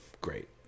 Great